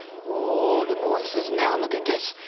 oh, du bois says. now look at this.